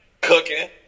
cooking